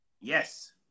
Yes